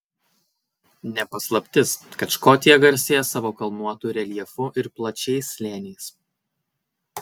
ne paslaptis kad škotija garsėja savo kalnuotu reljefu ir plačiais slėniais